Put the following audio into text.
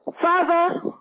Father